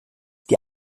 die